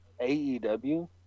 AEW